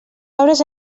obres